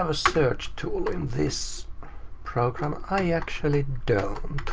um search tool in this program? i actually don't.